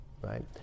right